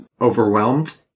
Overwhelmed